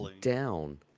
down